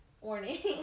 warning